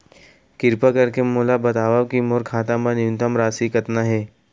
किरपा करके मोला बतावव कि मोर खाता मा न्यूनतम राशि कतना हे